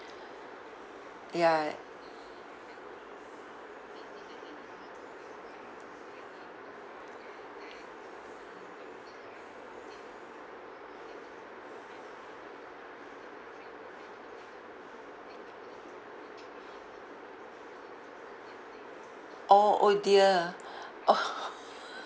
ya oh oh dear